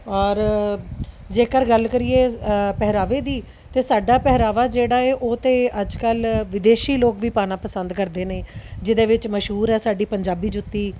ਔਰ ਜੇਕਰ ਗੱਲ ਕਰੀਏ ਪਹਿਰਾਵੇ ਦੀ ਅਤੇ ਸਾਡਾ ਪਹਿਰਾਵਾ ਜਿਹੜਾ ਹੈ ਉਹ ਤਾਂ ਅੱਜ ਕੱਲ੍ਹ ਵਿਦੇਸ਼ੀ ਲੋਕ ਵੀ ਪਾਣਾ ਪਸੰਦ ਕਰਦੇ ਨੇ ਜਿਹਦੇ ਵਿੱਚ ਮਸ਼ਹੂਰ ਹੈ ਸਾਡੀ ਪੰਜਾਬੀ ਜੁੱਤੀ